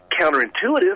counterintuitive